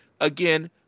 Again